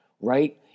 right